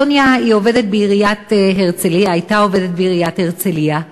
סוניה היא עובדת בעיריית הרצליה הייתה עובדת בעיריית הרצליה,